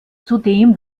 zudem